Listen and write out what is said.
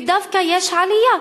ודווקא יש עלייה,